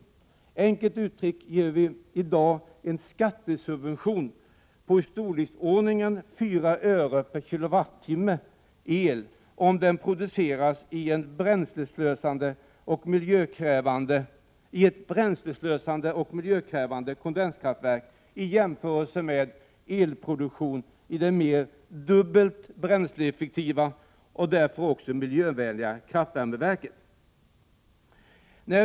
Enkelt uttryckt ger vi i dag en skattesubvention i storleksordningen 4 öre per kWh el, om den produceras i ett bränsleslösande och miljökrävande kondenskraftverk i jämförelse med elproduktion i det mer än dubbelt så bränsleeffektiva och därför också miljövänligare kraftvärmeverket.